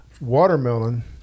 Watermelon